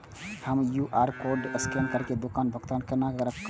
हम QR code scan करके दुकान में भुगतान केना कर सकब?